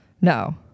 No